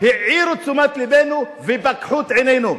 העירו את תשומת לבנו ופקחו את עינינו,